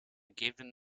given